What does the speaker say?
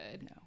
no